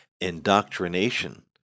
indoctrination